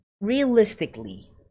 realistically